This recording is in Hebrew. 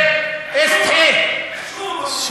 תתבייש לך, בנימין נתניהו.